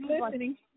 listening